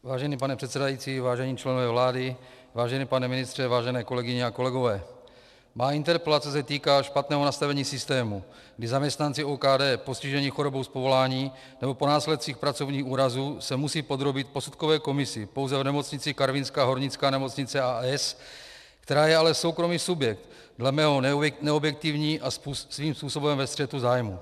Vážený pane předsedající, vážení členové vlády, vážený pane ministře, vážené kolegyně a kolegové, moje interpelace se týká špatného nastavení systému, kdy zaměstnanci OKD postižení chorobou z povolání nebo po následcích pracovních úrazů se musí podrobit posudkové komisi pouze v nemocnici Karvinská hornická nemocnice, a. s., která je ale soukromý subjekt, dle mého neobjektivní a svým způsobem ve střetu zájmů.